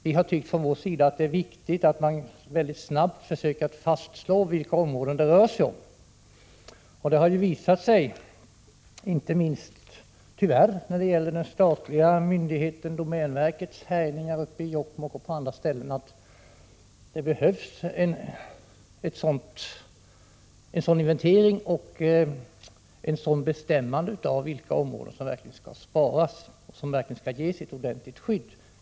Vi från vår sida anser att det är viktigt att man snabbt försöker fastslå vilka områden det rör sig om. Det har visat sig, tyvärr inte minst av den statliga myndighetens — domänverket — härjningar i Jokkmokk och på andra ställen, att det behövs en inventering för att bestämma vilka områden som verkligen skall sparas och som skall ges ett ordentligt skydd.